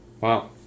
wow